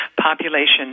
population